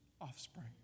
offspring